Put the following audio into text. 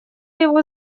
его